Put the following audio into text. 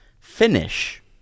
finish